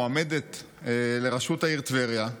מועמדת לראשות העיר טבריה,